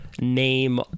name